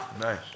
Nice